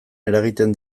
eragiten